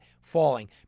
falling